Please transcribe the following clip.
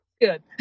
good